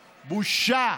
בושה.